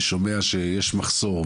שומע שיש מחסור,